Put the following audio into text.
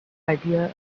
idea